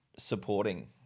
supporting